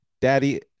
Daddy